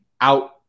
out